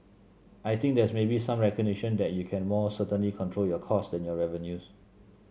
I think there's maybe some recognition that you can more certainly control your costs than your revenues